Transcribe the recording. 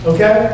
Okay